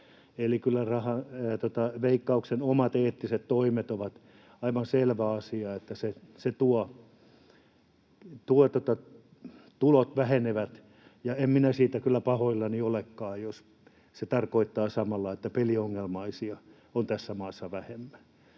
asia, että Veikkauksen omat eettiset toimet tuovat sen, että tulot vähenevät, ja en minä siitä kyllä pahoillani olekaan, jos se tarkoittaa samalla, että peliongelmaisia on tässä maassa vähemmän.